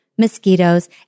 Mosquitoes